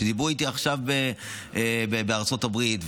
כשדיברו איתי עכשיו בארצות הברית,